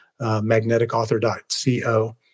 MagneticAuthor.co